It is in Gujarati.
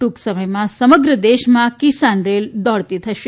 ટ્રંક સમયમાં સમગ્ર દેશમાં કિસાન રેલ દોડતી થશે